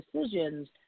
decisions